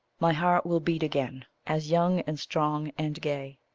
my heart will beat again as young and strong and gay.